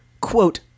quote